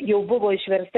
jau buvo išversta